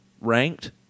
ranked